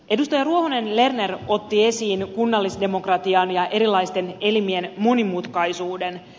edustaja ruohonen lerner otti esiin kunnallisdemokratian ja erilaisten elimien monimutkaisuuden